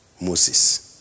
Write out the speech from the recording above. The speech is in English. Moses